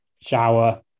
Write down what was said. shower